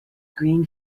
green